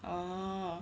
orh